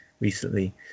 recently